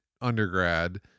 undergrad